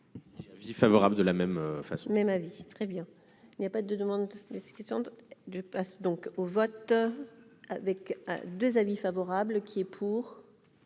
Avis favorable de la même fin.